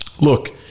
Look